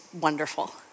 wonderful